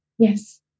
Yes